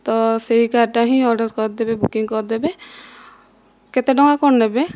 ତ ସେହି କାର୍ଟା ହିଁ ଅର୍ଡ଼ର କରିଦେବେ ବୁକିଂ କରିଦେବେ କେତେ ଟଙ୍କା କଣ ନେବେ